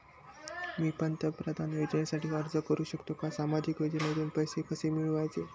मी पंतप्रधान योजनेसाठी अर्ज करु शकतो का? सामाजिक योजनेतून पैसे कसे मिळवायचे